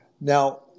now